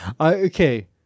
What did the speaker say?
Okay